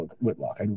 Whitlock